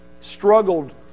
struggled